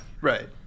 Right